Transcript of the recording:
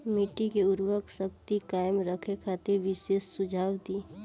मिट्टी के उर्वरा शक्ति कायम रखे खातिर विशेष सुझाव दी?